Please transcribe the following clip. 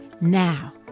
Now